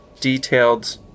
detailed